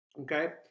Okay